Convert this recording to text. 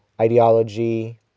ideology